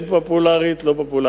כן פופולרית או לא פופולרית.